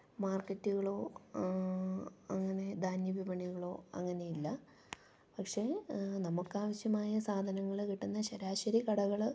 മാർക്കറ്റുകളോ അങ്ങനെ ധാന്യവിപണികളോ അങ്ങനെയില്ല പക്ഷേ നമുക്കാവശ്യമായ സാധനങ്ങള് കിട്ടുന്ന ശരാശരി കടകള്